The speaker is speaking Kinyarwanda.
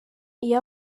iyo